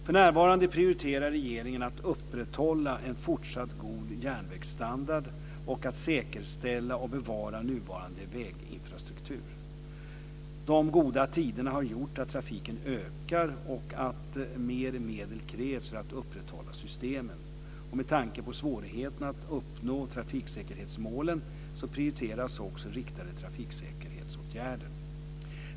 För närvarande prioriterar regeringen att upprätthålla en fortsatt god järnvägsstandard och att säkerställa och bevara nuvarande väginfrastruktur. De goda tiderna har gjort att trafiken ökar och att mer medel krävs för att upprätthålla systemen. Med tanke på svårigheterna att uppnå trafiksäkerhetsmålen prioriteras också riktade trafiksäkerhetsåtgärder.